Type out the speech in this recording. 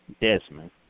Desmond